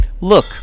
Look